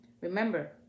Remember